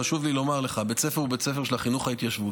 חשוב לי לומר לך: בית הספר הוא בית הספר של החינוך ההתיישבותי.